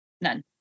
none